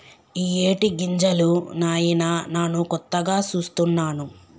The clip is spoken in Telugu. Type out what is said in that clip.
ఇయ్యేటి గింజలు నాయిన నాను కొత్తగా సూస్తున్నాను